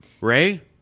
Ray